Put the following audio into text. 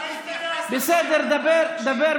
רק תתייחס, בסדר, דבר.